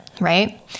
Right